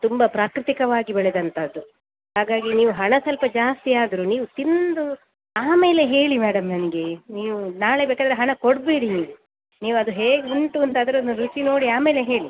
ತುಂಬ ಪ್ರಾಕೃತಿಕವಾಗಿ ಬೆಳೆದಂತಹದ್ದು ಹಾಗಾಗಿ ನೀವು ಹಣ ಸ್ವಲ್ಪ ಜಾಸ್ತಿ ಆದರೂ ನೀವು ತಿಂದು ಆಮೇಲೆ ಹೇಳಿ ಮೇಡಮ್ ನನಗೆ ನೀವು ನಾಳೆ ಬೇಕಾದರೆ ಹಣ ಕೊಡಬೇಡಿ ನೀವು ನೀವು ಅದು ಹೇಗೆ ಉಂಟು ಅಂತ ಅದ್ರದೊಂದು ರುಚಿ ನೋಡಿ ಆಮೇಲೆ ಹೇಳಿ